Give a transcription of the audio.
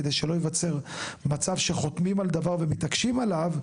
כדי שלא ייווצר מצב שחותמים על דבר ומתעקשים עליו,